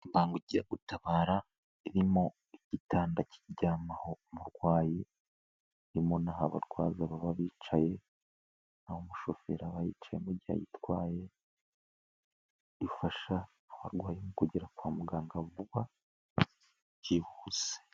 Imbangukiragutabara irimo igitanda kiryamaho umurwayi, irimo n'aho abarwaza baba bicaye, n'aho umushoferi aba yicaye mugihe ayitwaye, ifasha abarwayi mu kugera kwa muganga bakavurwa byihuse.